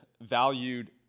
valued